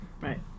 right